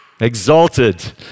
Exalted